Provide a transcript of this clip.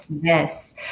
Yes